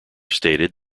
stated